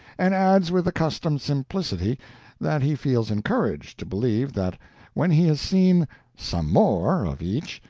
and adds with accustomed simplicity that he feels encouraged to believe that when he has seen some more of each,